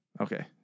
Okay